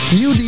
new